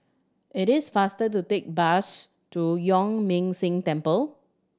it is faster to take bus to Yuan Ming Si Temple